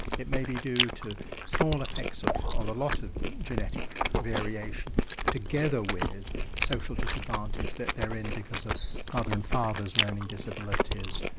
it may be due to small effects of of allotted genetic variation together with social disadvantage that they're in because of mothers' and fathers' learning disabilities.